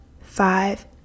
five